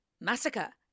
massacre